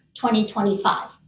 2025